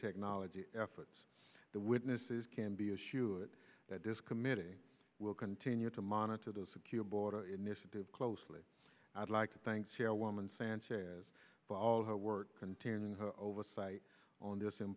technology efforts the witnesses can be issue it that this committee will continue to monitor the secure border initiative closely i'd like to thank chairwoman sanchez for all her work continuing her oversight on this i